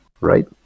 right